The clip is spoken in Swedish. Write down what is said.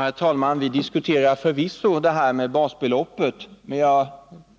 Herr talman! Vi diskuterar förvisso basbeloppet, men jag